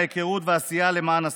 ההיכרות והעשייה למען הספורט.